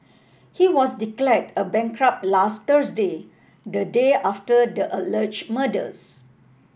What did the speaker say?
he was declared a bankrupt last Thursday the day after the alleged murders